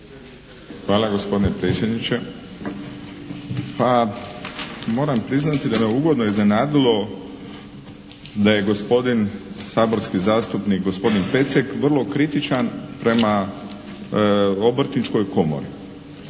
Hvala gospodine predsjedniče. Pa, moram priznati da me ugodno iznenadilo da je gospodin saborski zastupnik gospodin Pecek vrlo kritičan prema Obrtničkoj komori.